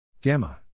gamma